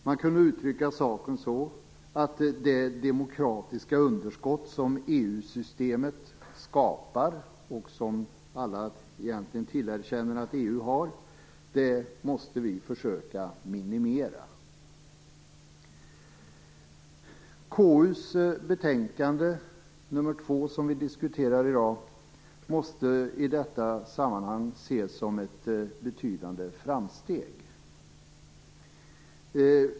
Man kan uttrycka saken så att vi måste försöka minimera det demokratiska underskott som EU-systemet skapar och som alla egentligen erkänner att EU har. KU:s betänkande nr 2 som vi diskuterar i dag måste ses som ett betydande framsteg i detta sammanhang.